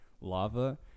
lava